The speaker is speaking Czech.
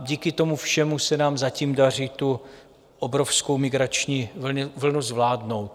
Díky tomu všemu se nám zatím daří tu obrovskou migrační vlnu zvládnout.